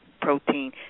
protein